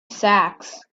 sacks